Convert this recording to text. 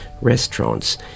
restaurants